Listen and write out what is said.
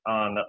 on